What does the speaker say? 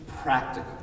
practical